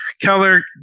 Keller